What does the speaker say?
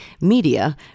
media